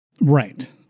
Right